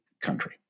country